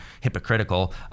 hypocritical